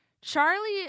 Charlie